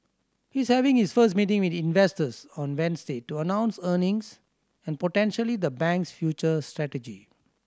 he's having his first meeting with investors on Wednesday to announce earnings and potentially the bank's future strategy